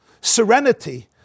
serenity